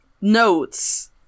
notes